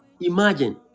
Imagine